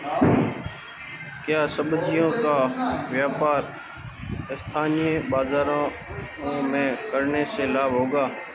क्या सब्ज़ियों का व्यापार स्थानीय बाज़ारों में करने से लाभ होगा?